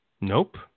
nope